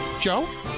Joe